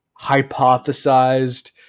hypothesized